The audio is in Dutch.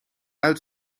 uit